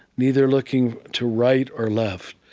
neither looking to right or left,